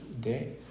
day